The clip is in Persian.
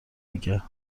میگه